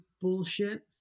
bullshit